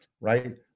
right